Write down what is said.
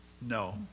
No